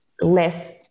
less